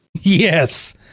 Yes